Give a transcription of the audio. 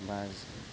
बा